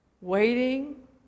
waiting